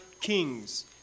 kings